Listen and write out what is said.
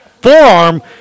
forearm